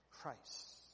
Christ